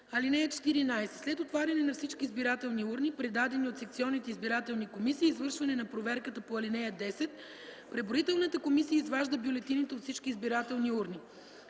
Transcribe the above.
7 и 8. (14) След отваряне на всички избирателни урни, предадени от секционните избирателни комисии, и извършване на проверката по ал. 10 преброителната комисия изважда бюлетините от всички избирателните урни,